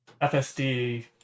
FSD